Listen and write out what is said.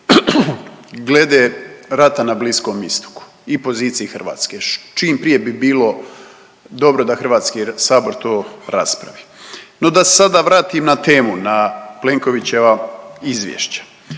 glede rata na Bliskom istoku i poziciji Hrvatske. Čim prije bi bilo dobro da Hrvatski sabor to raspravi. No, da se sada vratim na temu, na Plenkovićeva izvješća.